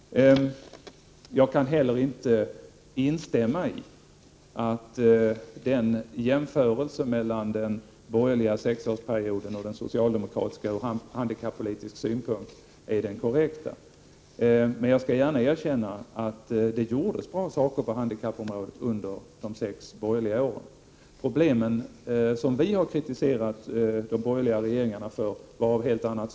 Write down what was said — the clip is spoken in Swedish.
Jag kan inte heller instämma i att den jämförelse mellan den borgerliga sexårsperioden och den socialdemokratiska ur handikappolitisk synpunkt är den korrekta. Men jag skall gärna erkänna att det gjordes bra saker på handikappområdet under de sex borgerliga regeringsåren. Det som vi har kritiserat de borgerliga regeringarna för var av helt annat slag.